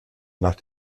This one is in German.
nach